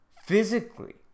physically